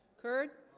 curd